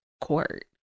court